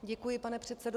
Děkuji, pane předsedo.